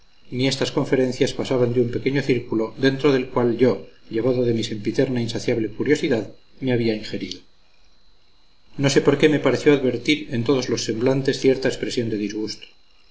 ni estas conferencias pasaban de un pequeño círculo dentro del cual yo llevado de mi sempiterna insaciable curiosidad me había injerido no sé por qué me pareció advertir en todos los semblantes cierta expresión de disgusto